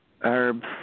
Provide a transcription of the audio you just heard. herb